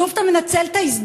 שוב אתה מנצל את ההזדמנות,